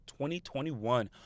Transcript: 2021